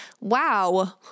Wow